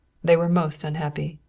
they were most unhappy.